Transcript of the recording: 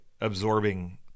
absorbing